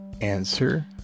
Answer